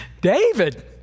David